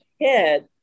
kid